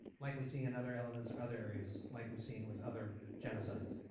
like we see in other elements or other areas like we seen with other genocides.